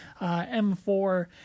M4